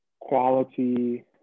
quality